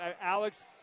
Alex